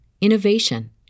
innovation